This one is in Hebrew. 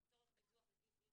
לצורך דיווח לפי סעיף